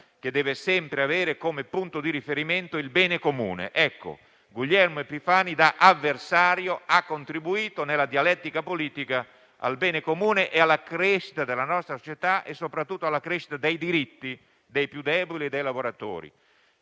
che deve sempre avere come punto di riferimento il bene comune. Ecco, Guglielmo Epifani, da avversario, ha contribuito nella dialettica politica al bene comune, alla crescita della nostra società e soprattutto alla crescita dei diritti dei più deboli e dei lavoratori,